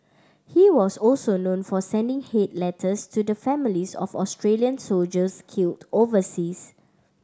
he was also known for sending hate letters to the families of Australian soldiers killed overseas